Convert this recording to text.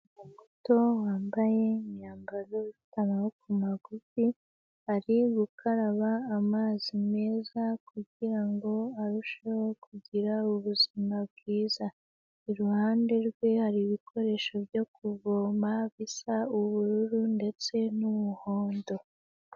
Umwana muto wambaye imyambaro ifite amatako magufi, ari gukaraba amazi meza kugirango arusheho kugira ubuzima bwiza. iruhande rwe hari ibikoresho byo kuvoma bisa ubururu ndetse n'umuhondo.